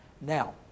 Now